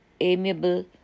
amiable